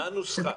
מה הנוסחה?